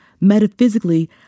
Metaphysically